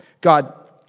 God